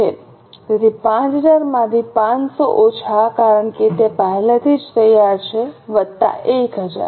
તેથી 5000 માથી 500 ઓછા કારણ કે તે પહેલેથી જ તૈયાર છે વત્તા 1000